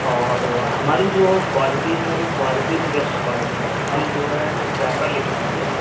اور ہماری جو کوالٹی ہے وہ کوالٹی بیسٹ کوالٹی ہے ہم جو ہے جو کیمرا لے کے آئیں گے